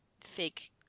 fake